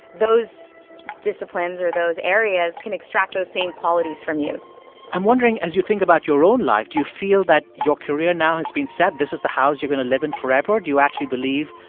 those disciplines or those areas can extract those same qualities from you i'm wondering, as you think about your own life, do you feel that your career now has been set? this is the house you're going to live in forever. or do you actually believe,